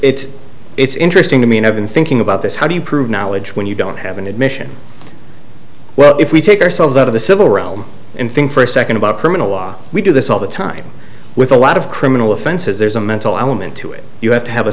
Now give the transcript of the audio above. it it's interesting to me and i've been thinking about this how do you prove knowledge when you don't have an admission well if we take ourselves out of the civil realm and think for a second about criminal law we do this all the time with a lot of criminal offenses there's a mental element to it you have to have a